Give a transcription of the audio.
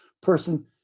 person